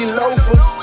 loafers